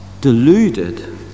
deluded